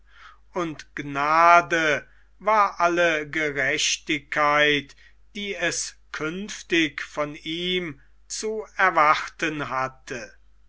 und gnade war alle gerechtigkeit die es künftig von ihm zu erwarten hatte